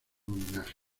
homenaje